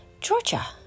Georgia